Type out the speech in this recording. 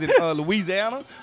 Louisiana